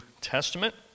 Testament